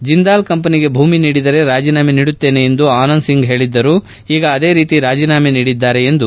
ಜಿಂದಾಲ್ ಕಂಪನಿಗೆ ಭೂಮಿ ನೀಡಿದರೆ ರಾಜೀನಾಮೆ ನೀಡುತ್ತೇನೆ ಎಂದು ಆನಂದ್ ಸಿಂಗ್ ಹೇಳಿದ್ದರು ಈಗ ಅದೇ ರೀತಿ ರಾಜೀನಾಮೆ ನೀಡಿದ್ದಾರೆ ಎಂದರು